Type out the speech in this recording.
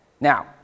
Now